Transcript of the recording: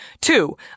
Two